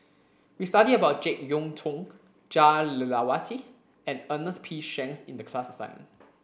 we studied about Jek Yeun Thong Jah Lelawati and Ernest P Shanks in the class assignment